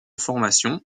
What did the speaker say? formation